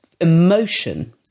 emotion